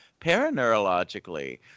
Paraneurologically